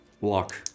walk